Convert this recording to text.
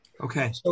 Okay